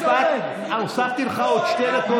משפט, הוספתי לך עוד שתי דקות.